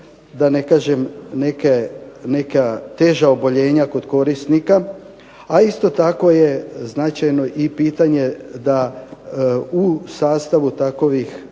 da ne kažem neka teža oboljenja kod korisnika a isto tako je značajno i pitanje da u sastavu takvih